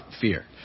Fear